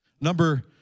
Number